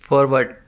forward